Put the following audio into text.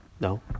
No